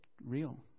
real